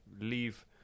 leave